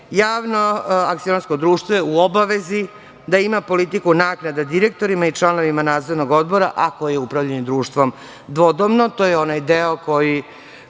Javno akcionarsko društvo je u obavezi da ima politiku nagrada direktorima i članovima nadzornog odbora, ako je upravljanje društvom dvodomno. To je onaj deo koji